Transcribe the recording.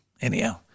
Anyhow